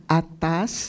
atas